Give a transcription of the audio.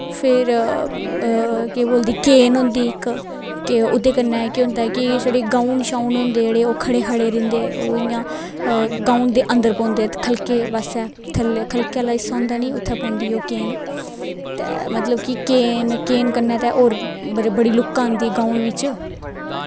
फिर केह् बोलदे केन होंदी इक कि केह् होंदा ओह्दे कन्नै कि गाउन होंदे ओह् खड़े खड़े रैंह्दे उं'दे कन्नै कि गाउन दे अन्दर पौंदे खलकै पास्सै थ'ल्लै ख'ल्का पास्सा होंदा निं उत्थें पौंदी ओह् कीन ते मतलब कि कीन कीन कन्नै होर बड़ी लुक्क आंदी गाउन बिच्च